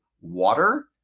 Water